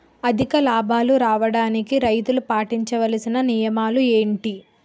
అధిక లాభాలు రావడానికి రైతులు పాటించవలిసిన నియమాలు ఏంటి